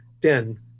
den